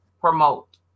promote